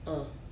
ah